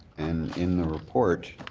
and in the report,